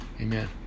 Amen